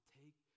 take